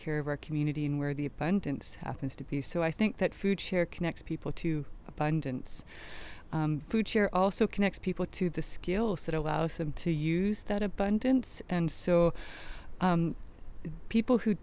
care of our community and where the abundance happens to be so i think that food share connects people to abundance food share also connects people to the skills that allows them to use that abundance and so people who